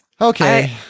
Okay